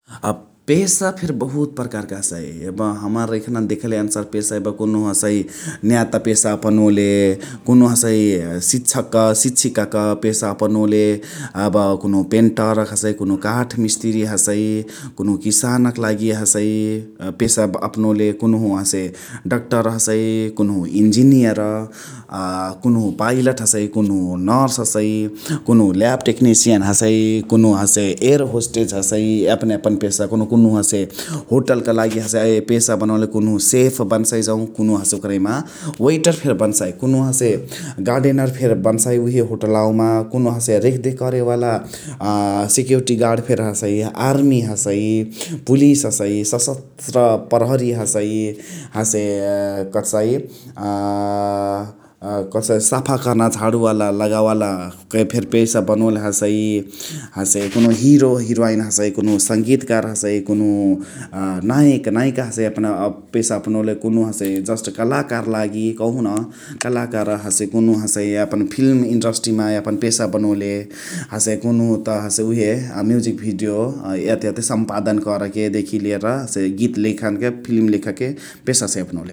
अ पेशा फेरी बहुत पर्कारक हसइ ।एब हमरा एखना देखले अनुसार पेशा त एबे खुनुहु हसइ न्याता पेशा अपनोले । कुनुहु हसै शिक्षक शिक्षिकाक पेशा अपनोले । अब कुनुहु पेन्टरक हसइ, कुनुहु काठ मिस्तिरी हसइ । कुनुहु किसान क लागी हसइ अपनोले । कुनुहु हसे डक्टर हसइ, कुनुहु इन्जिनियर्, अ कुनुहु पाइलत हसइ, कुनुहु नर्स हसइ । कुनुहु ल्याब टेक्नेसियन हसइ, कुनुहु हसे एअर होस्टेज हसइ यापन यापन पेशा । कुनुहु कुनुहु हसे होटल क लागी हसइ पेशा बनोले । कुनुहु सेफ बन्साइ जौ कुहुनु हसे ओकरहिमा वेटर फेरी बन्साइ । कुनुहु हसे गार्डेनर फेरी बन्साइ उहे होटलावमा । कुनुहु हए रेखा देख करे वाला सेक्युरिटी गार्ड फेरी हसइ । आर्मी हसइ, पुलिस हसइ, सशास्त्र प्रहरी हसै । हसे कथसाइ अ कथसाइ साफा कर्ना झाणुवाला लगावे वाला फेरी पेशा बनोले हसइ । हसे कुनुहु हिरो हिर्वाइनी हसइ, संगीताकार हसइ कुनुहु नायक नायिका हसइ यापन पेशा अपनोले । कुनुहु हसइ जस्ट कलाकार लागी कहुन कलाकार हसे कुनुहु हसइ यापन फिल्म इन्डसट्रीमा पेशा बनोले । हसे कुनुहु त हसे उहे म्युजिक भिडियो याते याते सम्पादन करके देखी लिएर हसे गित लेखान क फिल्म लेखके पेशा हसइ अपनोले ।